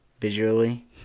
visually